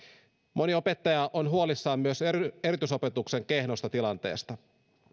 moni opettaja on huolissaan myös erityisopetuksen kehnosta tilanteesta